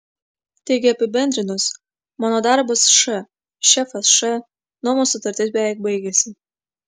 taigi apibendrinus mano darbas š šefas š nuomos sutartis beveik baigiasi